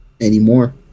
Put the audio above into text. anymore